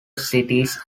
cities